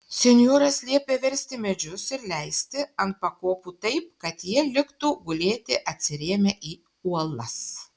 senjoras liepė versti medžius ir leisti ant pakopų taip kad jie liktų gulėti atsirėmę į uolas